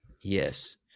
Yes